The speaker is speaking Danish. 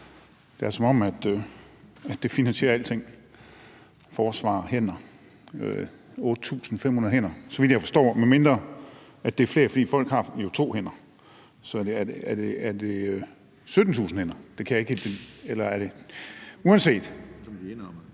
Det er, som om det finansierer alting, altså forsvar og 8.500 hænder, så vidt jeg forstår – medmindre det er flere, for folk har jo to hænder. Så er det 17.000 hænder? Jeg dvæler stadig væk ved den her